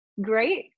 great